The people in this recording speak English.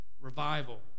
revival